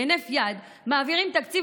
בהינף יד מעבירים תקציב,